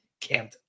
Camden